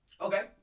Okay